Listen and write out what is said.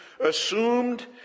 assumed